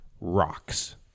rocks